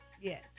Yes